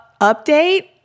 update